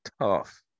Tough